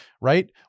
right